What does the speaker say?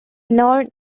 narn